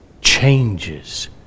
changes